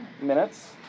minutes